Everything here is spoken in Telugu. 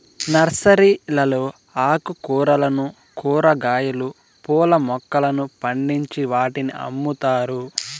నర్సరీలలో ఆకుకూరలను, కూరగాయలు, పూల మొక్కలను పండించి వాటిని అమ్ముతారు